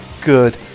good